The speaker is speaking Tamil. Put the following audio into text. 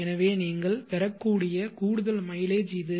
எனவே நீங்கள் பெறக்கூடிய கூடுதல் மைலேஜ் இது